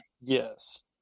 Yes